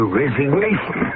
resignation